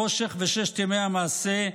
החושך וששת ימי המעשה,